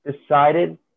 decided